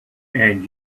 and